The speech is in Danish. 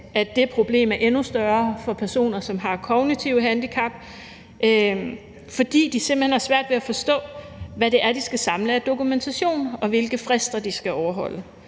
at det problem er endnu større for personer, som har kognitive handicap, fordi de simpelt hen har svært ved at forstå, hvad det er, de skal samle af dokumentation, og hvilke frister de skal overholde.